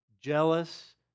jealous